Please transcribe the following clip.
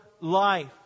life